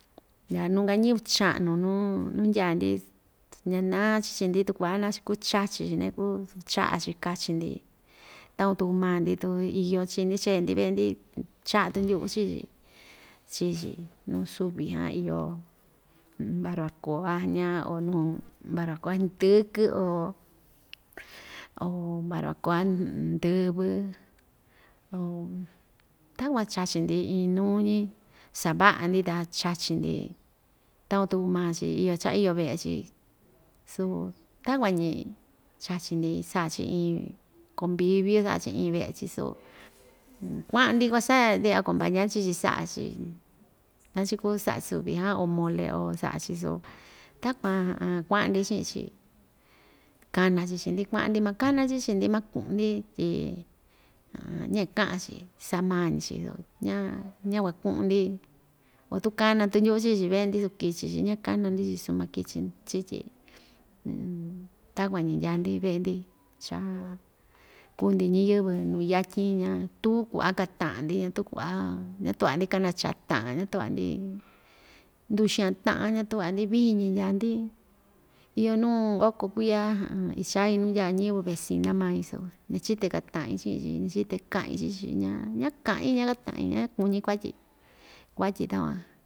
Ndyaa nuu‑ka ñɨvɨ cha'nu nuu nu ndyaa‑ndi ñana‑chi chii‑ndi tu ku'va nachuku chachi‑chi naiku cha'a‑chi kachi‑ndi takuan tuku maa‑ndi tu iyo chii‑ndi chee‑ndi ve'e‑ndi cha'a tu ndu'u chii‑chi chii‑chi nu suvi jan iyo barbacoa jiña o nuu barbacoa hndɨkɨ o o barbacoa ndɨvɨ o takuan chachi‑ndi in nuu‑ñi sava'a‑ndi ta chachi‑ndi takuan tuku maa‑chi iyo cha‑iyo ve'e‑chi su takuan‑ñi chachi‑ndi sa'a‑chi iin convivio sa'a‑chi iin ve'e‑chi su kua'a‑ndi kuasa‑ndi acompañar chii‑chi sa'a‑chi na chukú sa'a suvi jam o mole o sa'a‑chi so takuan kua'a‑ndi chi'in‑chi kana‑chi chii-ndi kua'an‑ndi makana‑chi chii‑ndi maku'un‑ndi tyi ña‑ika'an‑chi sa'a maa‑ñi‑chi so ña ña‑kuaku'un‑ndi o tu kana tu ndyu'u chii‑chi ve'e‑ndi so kichi‑chi ña‑kana‑ndi chi‑chi su makichi‑chi tyi takuan‑ñi ndyaa‑ndi ve'e‑ndi cha kuu‑ndi ñiyɨvɨ nu yatyin ñatu ku'a kata'an‑ndi ñatuu kua'a ñatu'va‑ndi kanacha ta'an ñatu'va‑ndi nduxan ta'a ñatu'va‑ndi vii‑ñi ndyaa‑ndi iyo nuu oko kuiya ichai nuu ndyaa ñɨvɨ vecina mai so ñachite kata'in chi'in‑chi ñachite ka'in chi‑chi ña ña‑ka'in ña‑kata'in ña‑kuñi kuatyi kuatyi takuan.